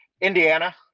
Indiana